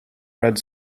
red